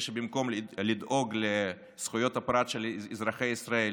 שבמקום לדאוג לזכויות הפרט של אזרחי ישראל